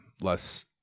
less